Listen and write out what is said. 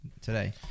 today